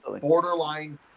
borderline